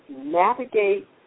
navigate